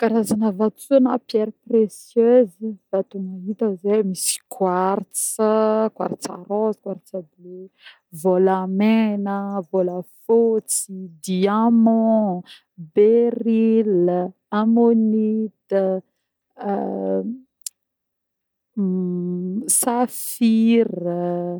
Karazagna vatosoa na pierre précieuse: vato mahita zeh misy quartz, quartz rose, quartz bleu, vôlamena, vôlafôtsy, diamond, beryl, amonita, safira.